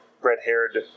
red-haired